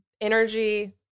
energy